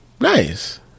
Nice